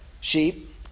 sheep